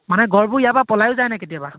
মানে গঁড়বোৰ ইয়াৰ পৰা পলায়ো যায়নে কেতিয়াবা